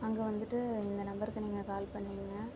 அங்கே வந்துட்டு இந்த நம்பருக்கு நீங்கள் கால் பண்ணிவிடுங்க